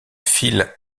file